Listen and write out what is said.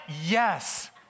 Yes